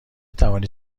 توانید